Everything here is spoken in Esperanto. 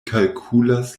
kalkulas